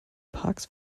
parks